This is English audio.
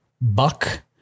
buck